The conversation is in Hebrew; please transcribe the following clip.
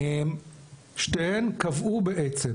שתיהן קבעו בעצם